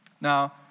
Now